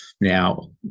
Now